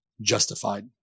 justified